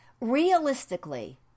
Realistically